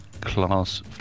class